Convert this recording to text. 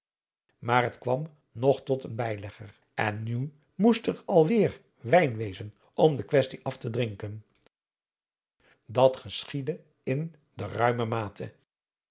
maar het kwam nog tot een bijlegger en nu moest er al weêr wijn wezen om de kwestie af te adriaan loosjes pzn het leven